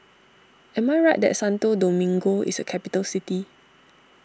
am I right that Santo Domingo is a capital city